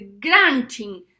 granting